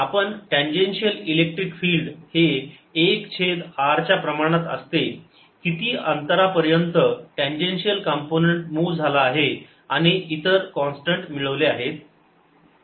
आपण tangential electric field हे 1 छेद r च्या प्रमाणात असते किती अंतरापर्यंत टँजेन्शिअल कंपोनंन्ट मूव्ह झाला आहे आणि इतर कॉन्स्टंट मिळवले आहे